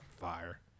Fire